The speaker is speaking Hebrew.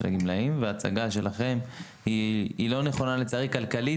הגמלאים וההצגה שלכם היא לא נכונה לצערי כלכלית.